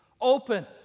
open